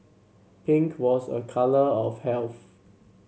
pink was a colour of health